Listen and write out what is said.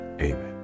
amen